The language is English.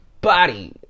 body